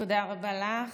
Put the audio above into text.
תודה רבה לך.